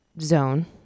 zone